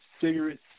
cigarettes